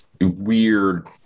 weird